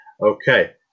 okay